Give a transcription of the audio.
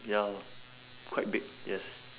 ya quite big yes